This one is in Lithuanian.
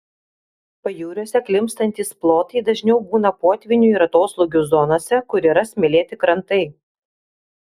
pajūriuose klimpstantys plotai dažniau būna potvynių ir atoslūgių zonose kur yra smėlėti krantai